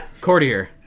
Courtier